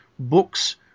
Books